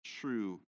true